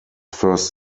first